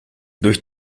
durch